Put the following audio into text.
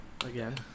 Again